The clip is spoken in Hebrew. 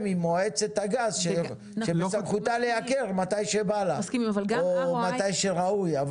עם מועצת הגז שלא בסמכותה לייקר מתי שבא לה או מתי שראוי.